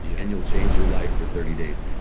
yeah and you'll change your life for thirty days.